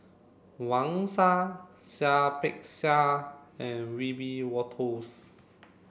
Wang Sha Seah Peck Seah and Wiebe Wolters